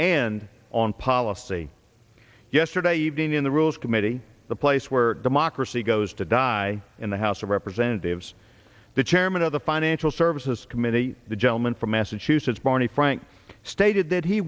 and on policy yesterday evening in the rules committee the place where democracy goes to die in the house of representatives the chairman of the financial services committee the gentleman from massachusetts barney frank stated that he